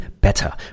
better